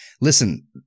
Listen